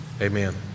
Amen